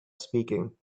speaking